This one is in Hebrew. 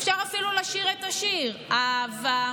אפשר אפילו לשיר את השיר: הבה,